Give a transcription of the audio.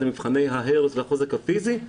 מבחני ההרס והחוזק הפיזי,